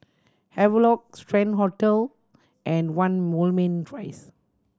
Havelock Strand Hotel and One Moulmein Rise